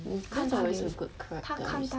这种人有 good characteristics